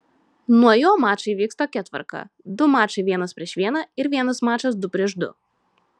nuo jo mačai vyks tokia tvarka du mačai vienas prieš vieną ir vienas mačas du prieš du